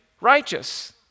righteous